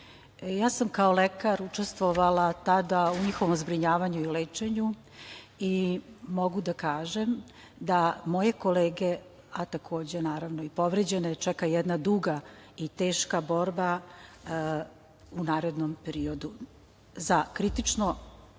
Ja sam kao lekar učestvovala tada u njihovom zbrinjavanju i lečenju i mogu da kažem da moje kolege, a takođe i povređene čeka jedna duga i teška borba u narednom periodu, za kritično